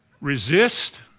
resist